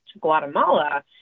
Guatemala